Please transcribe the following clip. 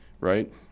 right